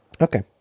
okay